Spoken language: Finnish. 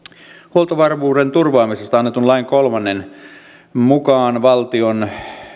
huoltovarmuuden turvaamisesta annetun lain kolmannen pykälän mukaan valtion